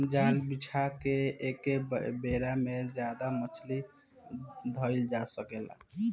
जाल बिछा के एके बेरा में ज्यादे मछली धईल जा सकता